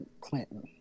clinton